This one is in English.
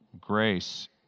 Grace